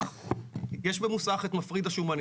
יש במוסך את מפריד השומנים.